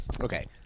Okay